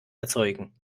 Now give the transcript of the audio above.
erzeugen